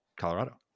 Colorado